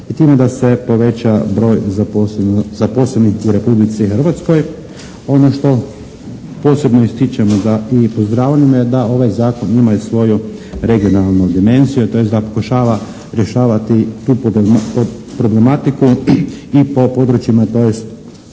i time da se poveća broj zaposlenih u Republici Hrvatskoj. Ono što posebno ističem i da, i pozdravljam je da ovaj Zakon ima i svoju regionalnu dimenziju tj. da pokušava rješavati tu problematiku i po područjima tj.